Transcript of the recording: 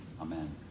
Amen